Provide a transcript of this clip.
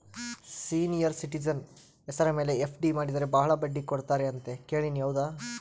Senior citizen ಹೆಸರ ಮೇಲೆ FD ಮಾಡಿದರೆ ಬಹಳ ಬಡ್ಡಿ ಕೊಡ್ತಾರೆ ಅಂತಾ ಕೇಳಿನಿ ಹೌದಾ?